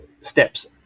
steps